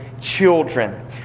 children